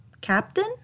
captain